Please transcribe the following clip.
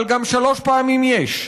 אבל גם שלוש פעמים "יש".